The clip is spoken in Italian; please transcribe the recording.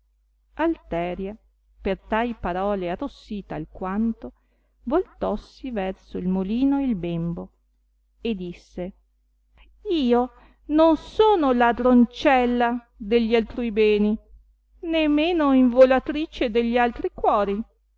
alteria per tai parole arrossita alquanto voltossi verso il molino e il bembo e disse io non sono ladroncella delli altrui beni né meno involatrice de gli altri cuori